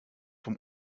vom